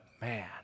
man